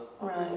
Right